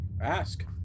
ask